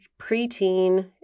preteen